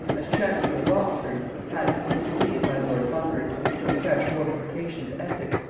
as chancellor of oxford, hatton was succeeded by lord buckhurst, to the fresh mortification of essex,